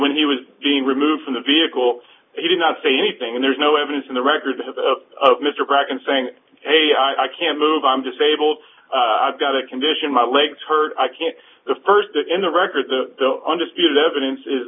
when he was being removed from the vehicle he did not say anything and there's no evidence in the record of mr breckon saying hey i can't move i'm disabled i've got a condition my legs hurt i can't the first in the record the undisputed evidence is